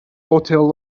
hotel